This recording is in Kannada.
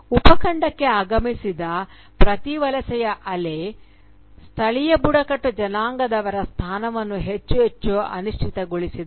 ಉಪಖಂಡಕ್ಕೆ ಆಗಮಿಸಿದ ಪ್ರತಿ ವಲಸೆಯ ಅಲೆ ಸ್ಥಳೀಯ ಬುಡಕಟ್ಟು ಜನಾಂಗದವರ ಸ್ಥಾನವನ್ನು ಹೆಚ್ಚು ಹೆಚ್ಚು ಅನಿಶ್ಚಿತಗೊಳಿಸಿದೆ